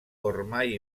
ormai